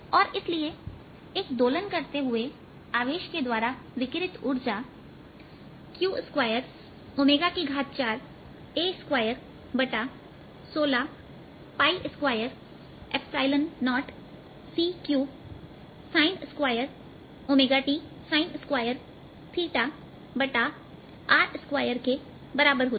और इसलिए एक दोलन करते हुए आवेश के द्वारा विकीरित ऊर्जा q24A21620 c3sin2t sin2r2के बराबर होती है